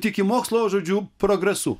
tiki mokslo žodžiu progresu